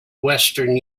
western